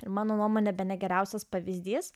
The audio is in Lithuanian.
ir mano nuomone bene geriausias pavyzdys